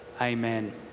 Amen